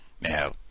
now